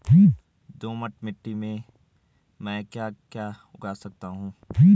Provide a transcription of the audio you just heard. दोमट मिट्टी में म ैं क्या क्या उगा सकता हूँ?